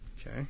Okay